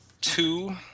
two